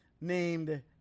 named